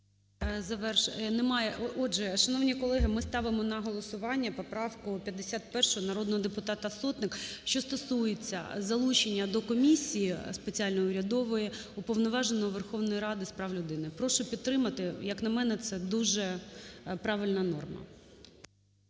немає. Отже, шановні колеги, ми ставимо на голосування поправку 51 народного депутата Сотник, що стосується залучення до комісії спеціальної урядової Уповноваженого Верховної Ради з прав людини. Прошу підтримати. Як на мене, це дуже правильна норма.